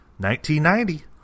1990